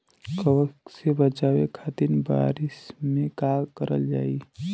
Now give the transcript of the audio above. कवक से बचावे खातिन बरसीन मे का करल जाई?